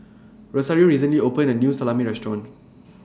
Rosario recently opened A New Salami Restaurant